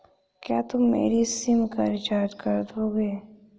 क्या तुम मेरी सिम का रिचार्ज कर दोगे?